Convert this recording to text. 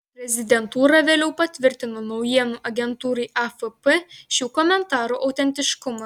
prezidentūra vėliau patvirtino naujienų agentūrai afp šių komentarų autentiškumą